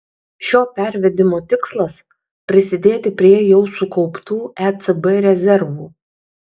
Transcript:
šio pervedimo tikslas prisidėti prie jau sukauptų ecb rezervų